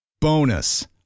Bonus